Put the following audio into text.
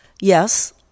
Yes